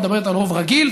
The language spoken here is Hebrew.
מדברת על רוב רגיל.